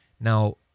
Now